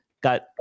got